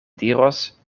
diros